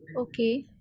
Okay